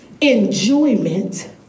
enjoyment